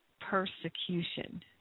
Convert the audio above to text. persecution